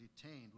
detained